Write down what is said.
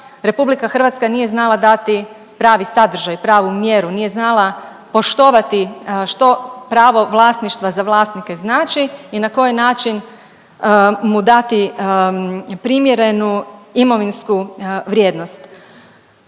vlasništva RH nije znala dati pravi sadržaj, pravu mjeru, nije znala poštovati što pravo vlasništva za vlasnike znači i na koji način mu dati primjerenu imovinsku vrijednost.